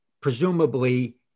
presumably